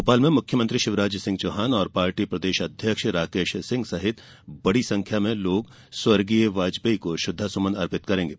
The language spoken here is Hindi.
भोपाल में मुख्यमंत्री शिवराज सिंह चौहान पार्टी प्रदेश अध्यक्ष राकेश सिंह सहित बड़ी संख्या में लोग स्वर्गीय वाजपेयी को श्रद्वासुमन अर्पित करेंगे